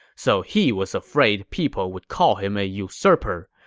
so he was afraid people would call him a usurper.